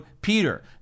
Peter